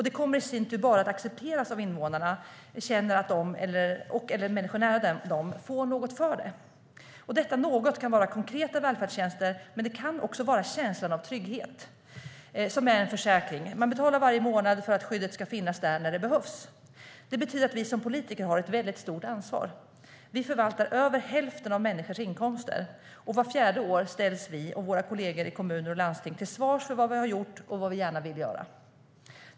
Det kommer i sin tur bara att accepteras om invånarna känner att de eller människor nära dem får något för det. Detta något kan vara konkreta välfärdstjänster, men det kan också vara känslan av trygghet. Det är som med en försäkring. Man betalar varje månad för att skyddet ska finnas där när det behövs. Det här betyder att vi som politiker har ett mycket stort ansvar. Vi förvaltar över hälften av människors inkomster. Vart fjärde år ställs vi och våra kollegor i kommuner och landsting till svars för vad vi har gjort och vad vi gärna vill göra.